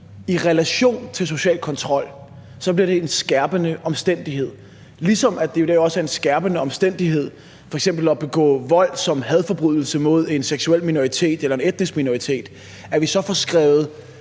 i relation til social kontrol, bliver det en skærpende omstændighed, ligesom det jo i dag f.eks. også er en skærpende omstændighed at begå vold i form af en hadforbrydelse mod en seksuel minoritet eller en etnisk minoritet; altså at vi får skrevet